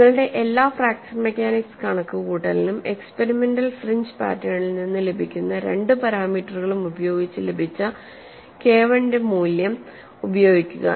നിങ്ങളുടെ എല്ലാ fracture mechanics കണക്കുകൂട്ടലിനും എക്സ്പെരിമെന്റൽ ഫ്രിഞ്ച് പാറ്റേണിൽ നിന്ന് ലഭിക്കുന്ന രണ്ട് പാരാമീറ്ററുകളും ഉപയോഗിച്ച് ലഭിച്ച KI യുടെ മൂല്യം ഉപയോഗിക്കുക